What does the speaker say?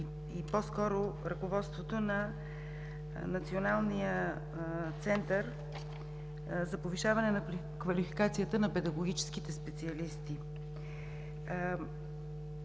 и по-скоро ръководството на Националния център за повишаване на квалификацията на педагогическите специалисти.